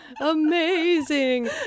amazing